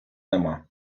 нема